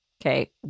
Okay